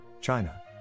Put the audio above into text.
China